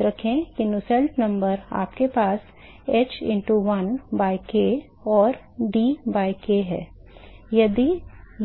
याद रखें कि नुसेल्ट संख्या आपके पास h into l by k or d by k है यदि